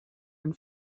ein